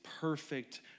perfect